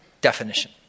definition